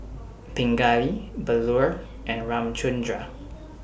Pingali Bellur and Ramchundra